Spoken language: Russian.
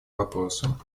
вопросом